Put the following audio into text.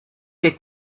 che